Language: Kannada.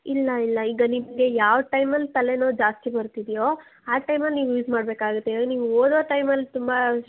ಇಲ್ಲ ಇಲ್ಲ ಈಗ ನಿಮಗೆ ಯಾವ ಟೈಮಲ್ಲಿ ತಲೆನೋವು ಜಾಸ್ತಿ ಬರುತ್ತಿದೆಯೋ ಆ ಟೈಮಲ್ಲಿ ನೀವು ಯೂಸ್ ಮಾಡಬೇಕಾಗು ಇಲ್ಲ ಅಂದ್ರೆ ನೀವು ಓದೋ ಟೈಮಲ್ಲಿ ತುಂಬ